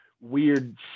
weird